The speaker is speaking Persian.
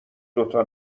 دوتا